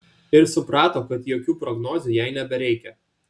ir suprato kad jokių prognozių jai nebereikia